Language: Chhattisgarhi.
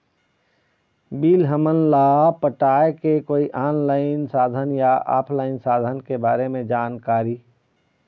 बिल हमन ला पटाए के कोई ऑनलाइन साधन या ऑफलाइन साधन के बारे मे जानकारी?